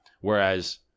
Whereas